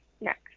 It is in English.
next